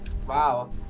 Wow